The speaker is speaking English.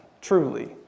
truly